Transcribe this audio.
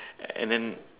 and then